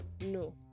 no